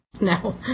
No